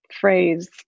Phrase